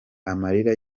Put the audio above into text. amarira